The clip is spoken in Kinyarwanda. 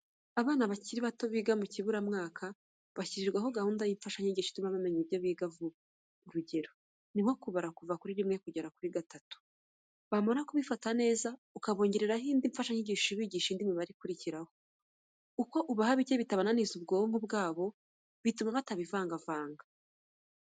Abana bakiri bato, biga mu kiburamwaka, bashyirirwaho gahunda y'imfashanyigisho ituma bamenya ibyo biga vuba. Urugero ni nko kubara kuva kuri rimwe kugera kuri gatatu. Bamara kubifata neza, ukabongereraho indi mfashanyigisho ibigisha indi mibare ikurukiraho. Uko ubaha bike bitananiza ubwonko bwabo, bituma batabivangavanga.